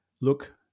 look